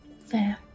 Fair